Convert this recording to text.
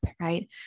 right